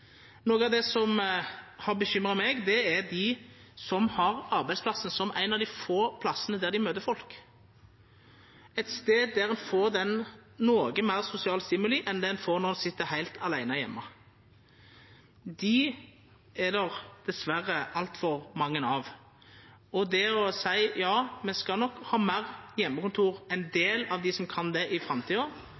Noko av det som har bekymra meg, er dei som har arbeidsplassen som ein av dei få plassane dei møter folk, ein stad der dei får fleire sosiale stimuli enn det ein får når ein sit heilt åleine heime. Dei er det dessverre altfor mange av. Ja, ein del av dei som kan det, skal nok ha meir heimekontor i framtida, men det at det er viktig med dei sosiale møtepunkta som